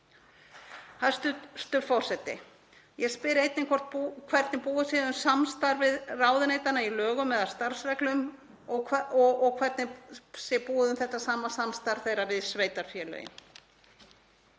Hæstv. forseti. Ég spyr einnig hvernig búið sé um samstarf ráðuneytanna í lögum eða starfsreglum og hvernig búið sé um þetta sama samstarf þeirra við sveitarfélögin.